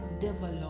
develop